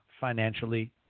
Financially